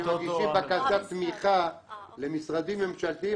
כשמגישים בקשת תמיכה למשרדים ממשלתיים,